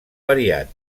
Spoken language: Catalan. variat